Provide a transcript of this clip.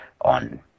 on